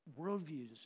worldviews